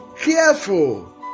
careful